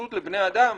והתייחסות לבני אדם,